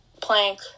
plank